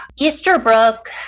Easterbrook